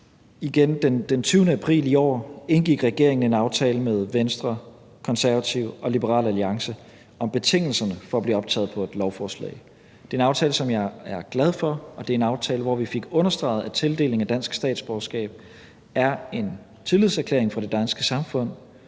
den 20. april i år indgik en aftale med Venstre, Konservative og Liberal Alliance om betingelserne for at blive optaget på et lovforslag. Det er en aftale, som jeg er glad for, og det er en aftale, hvor vi fik understreget, at tildeling af dansk statsborgerskab er en tillidserklæring fra det danske samfund